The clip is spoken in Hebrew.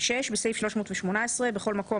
בסעיף 318 בכל מקום,